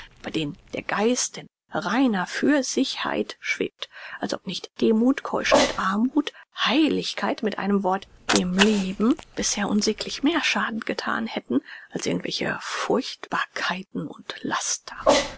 denen der geist in reiner für sich heit schwebt als ob nicht demuth keuschheit armuth heiligkeit mit einem wort dem leben bisher unsäglich mehr schaden gethan hätten als irgend welche furchtbarkeiten und laster